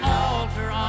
altar